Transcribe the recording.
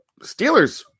Steelers